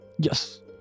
Yes